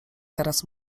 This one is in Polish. teraz